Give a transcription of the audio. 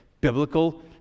biblical